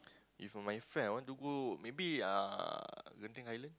if for my friend I want to go maybe Genting island